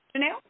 Janelle